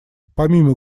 помимо